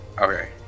Okay